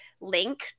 link